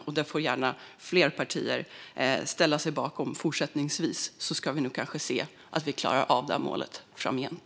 Fler partier får gärna ställa sig bakom den fortsättningsvis. Då kanske vi klarar att nå målet framgent.